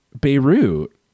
Beirut